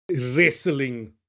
wrestling